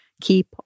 keep